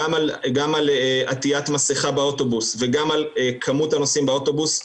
גם על עטיית מסכה באוטובוס וגם על כמות הנוסעים באוטובוס,